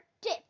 dip